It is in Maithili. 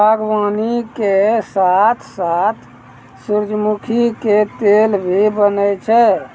बागवानी के साथॅ साथॅ सूरजमुखी के तेल भी बनै छै